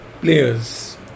players